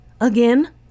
again